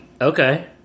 Okay